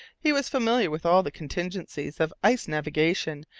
he was familiar with all the contingencies of ice-navigation,